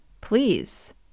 Please